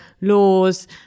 laws